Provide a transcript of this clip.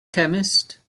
chemist